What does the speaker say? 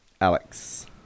Alex